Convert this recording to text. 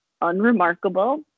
unremarkable